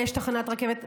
יש תחנת רכבת.